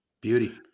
Beauty